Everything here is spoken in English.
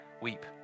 weep